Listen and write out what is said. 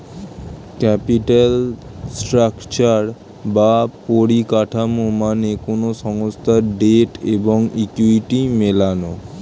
capital structure বা পরিকাঠামো মানে কোনো সংস্থার ডেট এবং ইকুইটি মেলানো